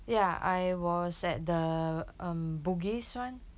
ya I was at the um bugis [one]